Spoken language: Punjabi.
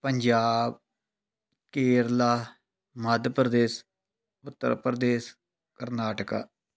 ਪੰਜਾਬ ਕੇਰਲਾ ਮੱਧ ਪ੍ਰਦੇਸ਼ ਉੱਤਰ ਪ੍ਰਦੇਸ਼ ਕਰਨਾਟਕਾ